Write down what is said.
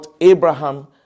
Abraham